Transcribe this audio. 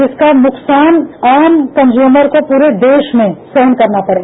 जिसका नुकसान आम कंज्यूमर को पूरे देश में सहन करना पड़ा